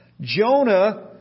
Jonah